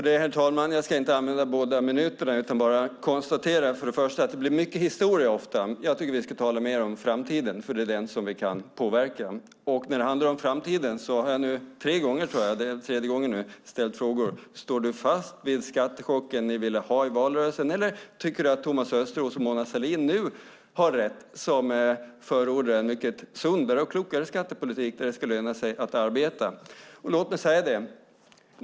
Herr talman! Jag ska först och främst konstatera att det ofta blir mycket historia. Jag tycker att vi mer ska tala om framtiden. Det är den vi kan påverka. För tredje gången ställer jag frågor om framtiden. Står Peter Persson fast vid skattechocken ni ville ha i valrörelsen eller tycker han att Thomas Östros och Mona Sahlin nu har rätt som förordar en sundare och klokare skattepolitik där det ska löna sig att arbeta?